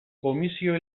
komisio